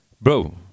Bro